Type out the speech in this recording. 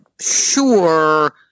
sure